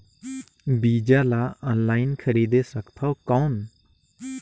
बीजा ला ऑनलाइन खरीदे सकथव कौन?